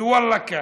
וואלה כאן,